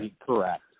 correct